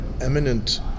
eminent